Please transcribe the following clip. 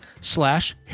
slash